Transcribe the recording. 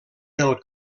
del